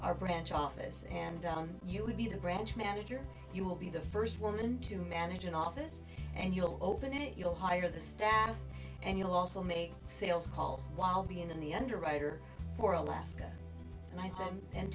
our branch office and down you would be the branch manager you will be the first woman to manage an office and you'll open it you'll hire the staff and you'll also make sales calls while being in the underwriter for alaska